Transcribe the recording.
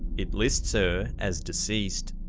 it lists her as deceased.